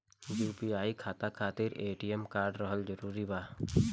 UPI खाता खातिर ATM card रहल जरूरी बा?